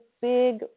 big